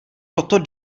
toto